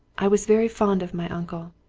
i was very fond of my uncle.